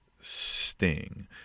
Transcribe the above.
Sting